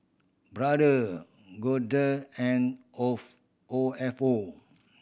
Brother Golder and of O F O